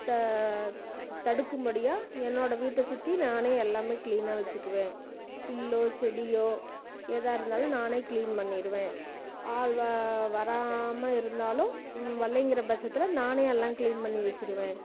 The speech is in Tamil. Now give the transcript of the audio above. த தடுக்கும்படியாக என்னோட வீட்டை சுற்றி நானே எல்லாமே கிளீனாக வச்சுக்குவேன் புல்லோ செடியோ எதாயிருந்தாலும் நானே கிளீன் பண்ணிவிடுவேன் ஆள் வ வராமல் இருந்தாலும் வரல்லைங்குற பட்சத்தில் நானே எல்லாம் கிளீன் பண்ணி வச்சுடுவேன்